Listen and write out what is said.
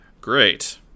great